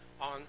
on